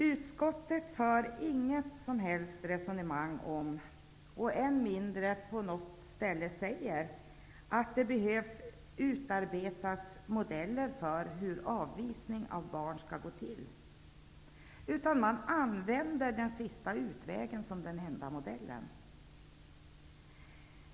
Utskottet för inget som helst resonemang om, och än mindre säger man på något ställe i betänkandet, att det behövs utarbetas modeller för hur avvisning av barn skall gå till, utan man använder den sista utvägen som den enda modellen.